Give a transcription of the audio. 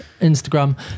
Instagram